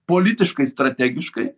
politiškai strategiškai